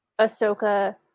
Ahsoka